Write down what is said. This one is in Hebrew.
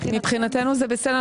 מבחינתנו זה בסדר.